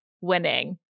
winning